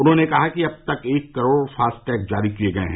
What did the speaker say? उन्होंने कहा कि अब तक एक करोड़ फास्टैग जारी किए गए हैं